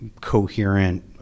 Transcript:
coherent